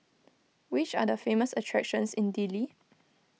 which are the famous attractions in Dili